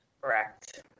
Correct